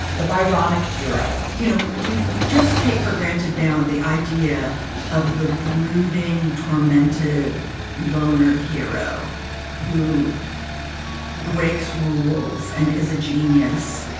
the bionic hero you know, we we just take for granted now the idea of the brooding, tormented loner hero who breaks rules and is a genius.